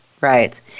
Right